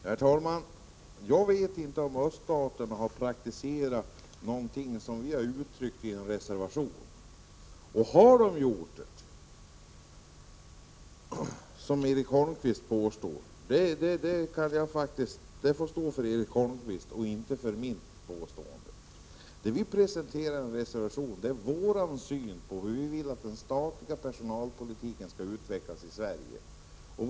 Herr talman! Jag vet inte om öststaterna har praktiserat någonting som vi har uttryckt i en reservation. Påståendet att de har gjort det får stå för Erik Holmkvist. Det vi presenterar i reservationen är vår syn på hur den statliga personalpolitiken skall utvecklas i Sverige.